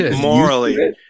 morally